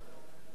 מצד שני,